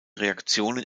reaktionen